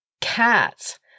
cats